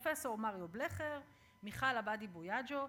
פרופסור מריו בלכר, מיכל עבאדי-בויאנג'ו,